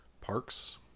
parks